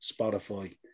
Spotify